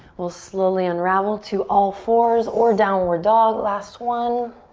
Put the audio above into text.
we'll slowly unravel to all fours or downward dog, last one.